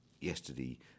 yesterday